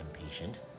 impatient